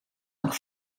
nog